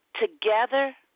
Together